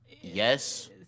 Yes